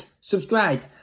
subscribe